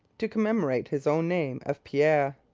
to commemorate his own name of pierre.